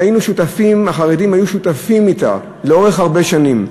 שהחרדים, היינו שותפים אִתה לאורך הרבה שנים.